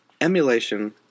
emulation